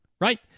right